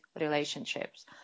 relationships